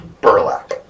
burlap